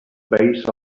base